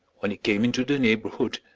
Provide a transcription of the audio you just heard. when he came into the neighbourhood,